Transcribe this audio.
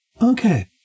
Okay